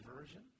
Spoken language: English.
Version